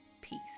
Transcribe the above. peace